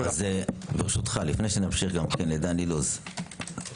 דן אילוז,